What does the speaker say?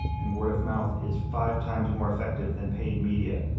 and word of mouth is five times more effective than paid media,